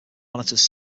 monitors